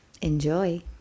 Enjoy